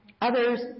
others